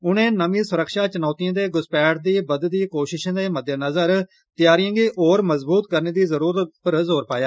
उनें नमीं सुरक्षा चुनौतिएं ते घुसपैठ दी बघदी कोशशें दे मध्यनजर तैआरिएं गी होर मजबूत करने दी जरूरत पर जोर पाया